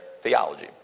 theology